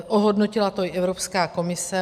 Ohodnotila to i Evropská komise.